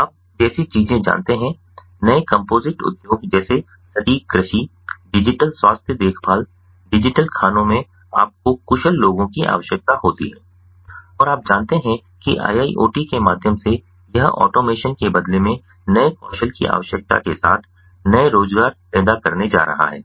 आप जैसी चीजें जानते हैं नए कंपोजिट उद्योग जैसे सटीक कृषि डिजिटल स्वास्थ्य देखभाल डिजिटल खानों में आपको कुशल लोगों की आवश्यकता होती है और आप जानते हैं कि IIoT के माध्यम से यह ऑटोमेशन के बदले में नए कौशल की आवश्यकता के साथ नए रोजगार पैदा करने जा रहा है